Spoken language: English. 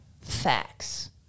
facts